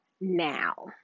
now